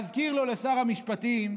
אזכיר לו, לשר המשפטים,